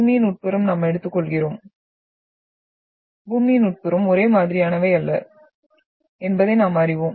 பூமியின் உட்புறம் நாம் எடுத்துக்கொள்கிறோம் புரிந்துகொள்கிறோம் பூமியின் உட்புறம் ஒரே மாதிரியானவை அல்ல என்பதை நாம் அறிவோம்